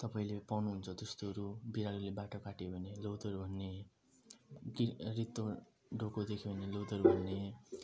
तपाईँले पाउनुहुन्छ त्यस्तोहरू बिरालोले बाटो काट्यो भने लोदर भन्ने कि रित्तो डोको देख्यो भने लोदर भन्ने